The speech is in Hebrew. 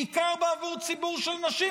בעיקר בעבור ציבור של נשים,